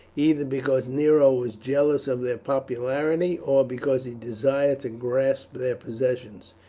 either because nero was jealous of their popularity, or because he desired to grasp their possessions.